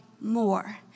more